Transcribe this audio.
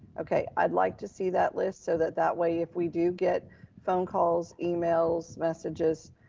okay, i'd like to see that list. so that, that way, if we do get phone calls, emails, messages